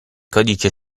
codice